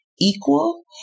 equal